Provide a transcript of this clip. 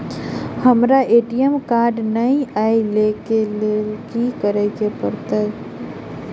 हमरा ATM card नै अई लई केँ लेल की करऽ पड़त?